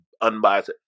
unbiased